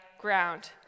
ground